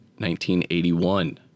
1981